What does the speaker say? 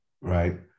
right